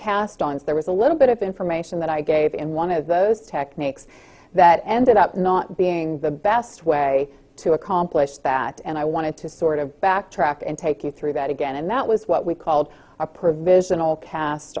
cast ons there was a little bit of information that i gave and one of those techniques that ended up not being the best way to accomplish that and i wanted to sort of backtrack and take you through that again and that was what we called a provisional cast